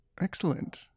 Excellent